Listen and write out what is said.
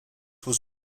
was